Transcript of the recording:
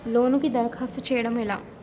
లోనుకి దరఖాస్తు చేయడము ఎలా?